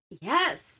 Yes